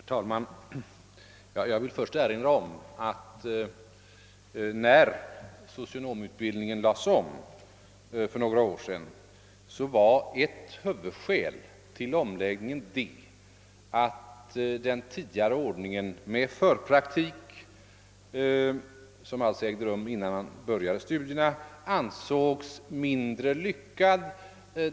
Herr talman! Jag vill först erinra om att när socionomutbildningen lades om för några år sedan var ett huvudskäl till omläggningen att den tidigare ordningen med förpraktik — som alltså ägde rum innan studierna påbörjades — ansågs mindre lyckad.